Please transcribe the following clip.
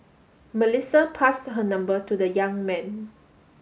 Melissa passed her number to the young man